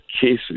cases